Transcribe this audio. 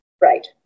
right